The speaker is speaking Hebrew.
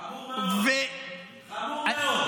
חמור מאוד, חמור מאוד.